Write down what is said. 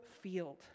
field